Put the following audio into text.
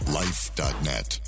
life.net